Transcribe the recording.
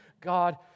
God